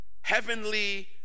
heavenly